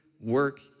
work